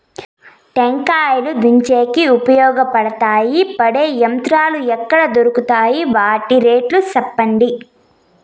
టెంకాయలు దించేకి ఉపయోగపడతాయి పడే యంత్రాలు ఎక్కడ దొరుకుతాయి? వాటి రేట్లు చెప్పండి?